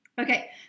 okay